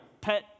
pet